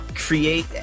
Create